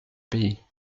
pays